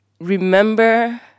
remember